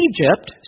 Egypt